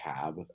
cab